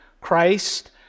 christ